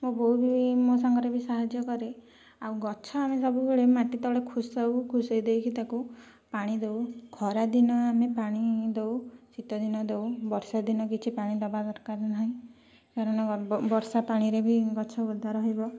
ମୋ ବୋଉ ବି ମୋ ସାଙ୍ଗରେ ବି ସାହାଯ୍ୟ କରେ ଆଉ ଗଛ ଆମେ ସବୁବେଳେ ମାଟି ତଳେ ଖୁସାଉ ଖୁସେଇ ଦେଇକି ତାକୁ ପାଣି ଦେଉ ଖରାଦିନ ଆମେ ପାଣି ଦେଉ ଶୀତଦିନ ଦେଉ ବର୍ଷାଦିନ କିଛି ପାଣି ଦେବା ଦରକାର ନାହିଁ କାରଣ ବର୍ଷା ପାଣିରେ ବି ଗଛ ଓଦା ରହିବ